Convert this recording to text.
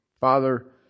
Father